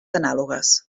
anàlogues